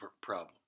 problem